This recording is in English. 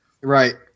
Right